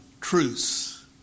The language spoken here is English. truce